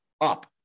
up